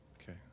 Okay